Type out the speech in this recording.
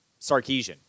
Sarkeesian